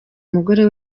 umugore